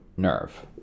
nerve